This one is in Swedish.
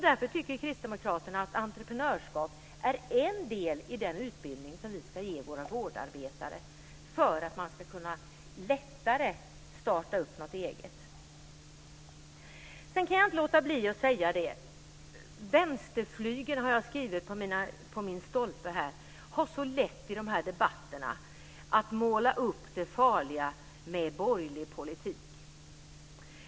Därför tycker Kristdemokraterna att entreprenörskap är en del i den utbildning som vi ska ge våra vårdarbetare för att man lättare ska kunna starta något eget. Jag kan inte låta bli att säga att vänsterflygeln - så har jag skrivit i mina stolpar - har det så lätt i de här debatterna att måla upp det farliga med en borgerlig politik.